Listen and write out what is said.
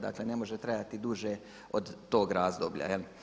Dakle ne može to trajati duže od tog razdoblja.